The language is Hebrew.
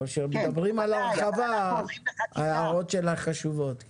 כשמדברים על הרחבה, ההערות שלך חשובות.